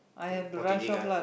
not changing ah